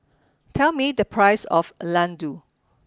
tell me the price of Laddu